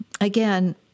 again